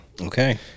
Okay